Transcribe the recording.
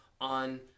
on